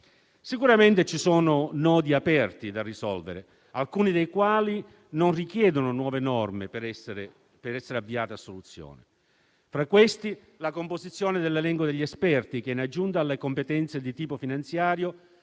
Sicuramente ci sono nodi da risolvere, alcuni dei quali non richiedono nuove norme per essere avviati a soluzione. Fra questi cito la composizione dell'elenco degli esperti, che in aggiunta alle competenze di tipo finanziario,